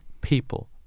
people